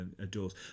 adores